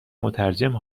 مترجم